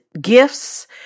gifts